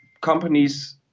companies